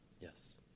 Yes